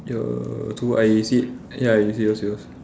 ya